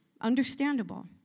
Understandable